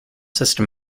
system